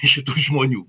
šitų žmonių